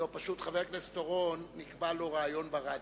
פשוט חבר הכנסת אורון, נקבע לו ריאיון ברדיו.